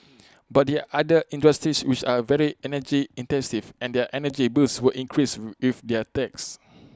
but there are other industries which are very energy intensive and their energy bills would increase with their tax